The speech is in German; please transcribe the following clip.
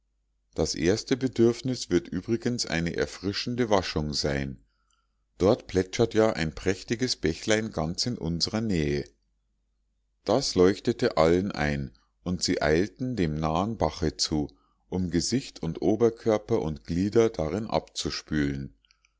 das erste bedürfnis wird übrigens eine erfrischende waschung sein dort plätschert ja ein prächtiges bächlein ganz in unsrer nähe das leuchtete allen ein und sie eilten dem nahen bache zu um gesicht und oberkörper und glieder darin abzuspülen